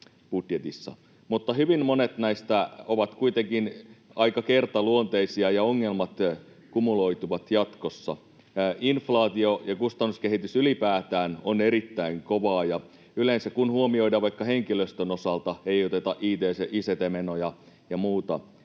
Mutta hyvin monet näistä ovat kuitenkin aika kertaluonteisia, ja ongelmat kumuloituvat jatkossa. Inflaatio ja kustannuskehitys ylipäätään on erittäin kovaa, ja yleensä kun tämä huomioidaan vaikka henkilöstön osalta, ei oteta ict-menoja ja muuta